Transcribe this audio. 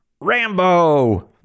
Rambo